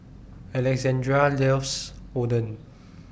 Alexandria loves Oden